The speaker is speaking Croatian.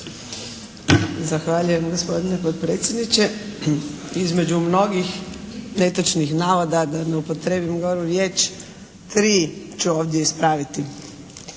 Zahvaljujem gospodine potpredsjedniče. Između mnogih netočnih navoda da ne upotrijebim goru riječ tri ću ovdje ispraviti.